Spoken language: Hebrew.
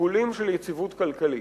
שיקולים של יציבות כלכלית.